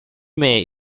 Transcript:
may